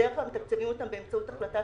בדרך-כלל מתקצבים אותן באמצעות החלטת